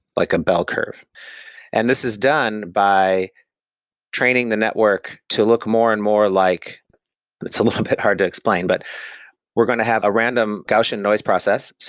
like a bell curve and this is done by training the network to look more and more like but it's a little bit hard to explain, but we're going to have a random gaussian noise process.